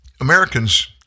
Americans